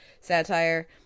satire